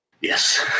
Yes